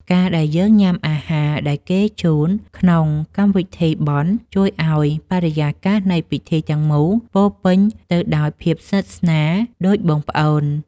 ការដែលយើងញ៉ាំអាហារដែលគេជូនក្នុងកម្មវិធីបុណ្យ ជួយឱ្យបរិយាកាសនៃពិធីទាំងមូលពោពេញទៅដោយភាពស្និទ្ធស្នាលដូចបងប្អូន។